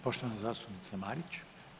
Poštovana zastupnica Marić.